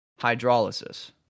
hydrolysis